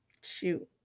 Shoot